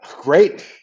Great